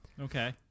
Okay